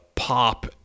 pop